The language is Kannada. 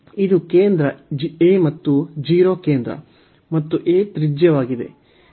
ಇದು ಕೇಂದ್ರ a ಮತ್ತು 0 ಕೇಂದ್ರ ಮತ್ತು a ತ್ರಿಜ್ಯವಾಗಿದೆ